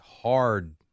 hard